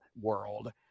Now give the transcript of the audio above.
world